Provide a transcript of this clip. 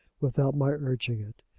without my urging it.